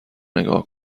نگاه